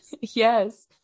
Yes